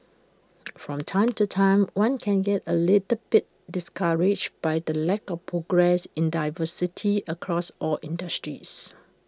from time to time one can get A little bit discouraged by the lack of progress in diversity across all industries